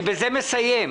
אני בזה מסיים.